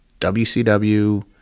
wcw